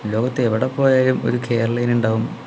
ലോകത്തെവിടെ പോയാലും ഒരു കേരളീയൻ ഉണ്ടാവും